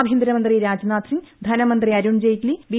ആഭ്യന്തരമന്ത്രി രാജ്നാഥ് സിംഗ് ധനമന്ത്രി അരുൺജയ്റ്റ്ലി ബി